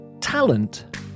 Talent